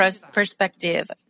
perspective